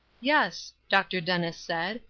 yes, dr. dennis said,